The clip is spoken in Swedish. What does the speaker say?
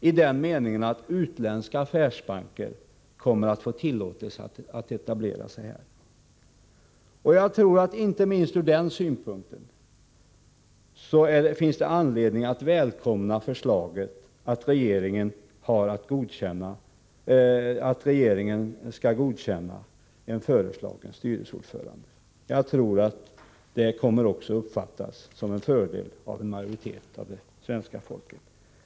Jag tänker på att utländska affärsbanker kommer att få tillåtelse att etablera sig här. Inte minst från den synpunkten finns det anledning att välkomna förslaget att regeringen skall godkänna en föreslagen styrelseordförande. Jag tror att detta kommer att uppfattas som en fördel av en majoritet av svenska folket.